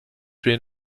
been